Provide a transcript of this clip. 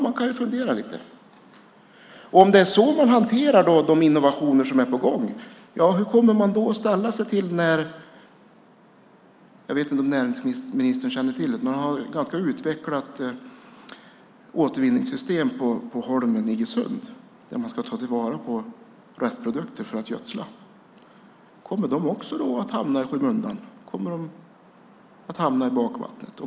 Man kan fundera lite. Om det är så man hanterar de innovationer som är på gång, hur kommer man då att ställa sig till Holmen i Iggesund som har ett ganska utvecklat återvinningssystem där man ska ta till vara restprodukter för att gödsla? Jag vet inte om ministern känner till det. Kommer de också att hamna i skymundan? Kommer de att hamna i bakvattnet?